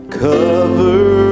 cover